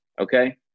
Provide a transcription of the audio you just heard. okay